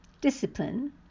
Discipline